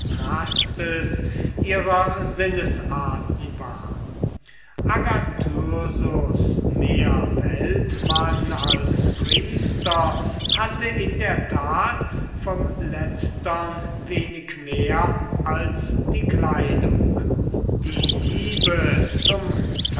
ihrer sinnesarten war agathyrsus mehr weltmann als priester hatte in der tat vom letztern wenig mehr als die kleidung die liebe zum